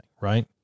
right